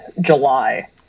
july